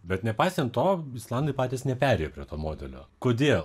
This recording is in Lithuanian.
bet nepaisant to islandai patys neperėjo prie to modelio kodėl